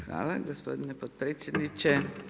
Hvala gospodine potpredsjedniče.